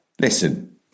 Listen